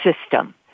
system